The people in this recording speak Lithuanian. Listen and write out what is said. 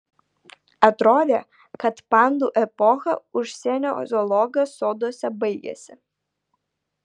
atrodė kad pandų epocha užsienio zoologijos soduose baigėsi